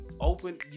open